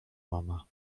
mama